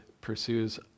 pursues